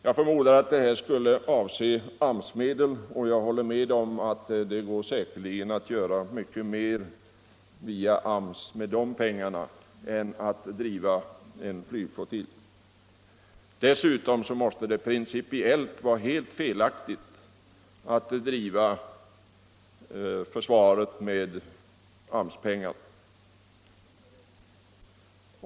Det är väl AMS-medel som avses, och jag håller med om att det säkerligen går att göra mycket mer med de pengarna via AMS än att driva en flygflottilj. Dessutom måste det principiellt vara helt felaktigt att bekosta försvaret med AMS-pengar.